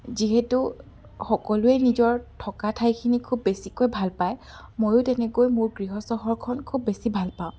যিহেতু সকলোৱে নিজৰ থকা ঠাইখিনি খুব বেছিকৈ ভাল পায় মইয়ো তেনেকৈ মোৰ গৃহ চহৰখন খুব বেছি ভাল পাওঁ